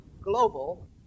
global